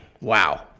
wow